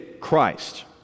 Christ